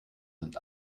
sind